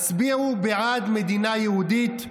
הצביעו בעד מדינה יהודית.